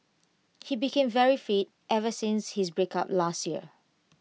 he became very fit ever since his breakup last year